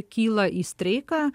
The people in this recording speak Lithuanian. kyla į streiką